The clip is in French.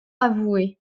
avoué